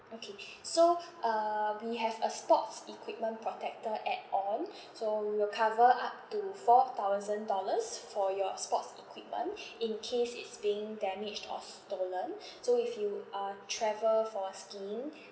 okay so um we have a sports equipment protector add on so we will cover up to four thousand dollars for your sports equipment in case it's being damaged or stolen so if you are travel for skiing